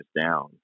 down